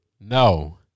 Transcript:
No